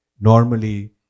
normally